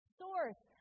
source